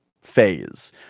phase